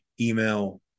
email